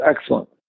excellent